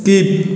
skip